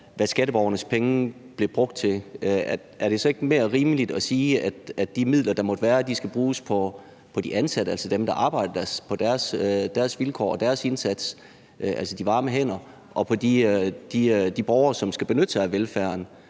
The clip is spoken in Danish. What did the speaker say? hvad skatteborgernes penge blev brugt til, var det så ikke mere rimeligt at sige, at de midler, der måtte være, skulle bruges på de ansattes – altså dem, der arbejder der – vilkår og indsats, altså på de varme hænder og på de borgere, som skal benytte sig af velfærden,